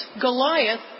Goliath